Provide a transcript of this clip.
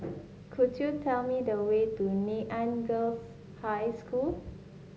could you tell me the way to Nanyang Girls' High School